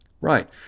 Right